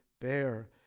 bear